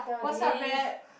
what's up rap